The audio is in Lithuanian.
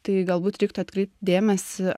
tai galbūt reiktų atkreipt dėmesį